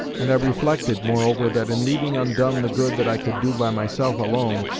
and i reflected, moreover, that in leaving undone the good that i could do by myself alone,